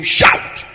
shout